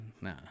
Nah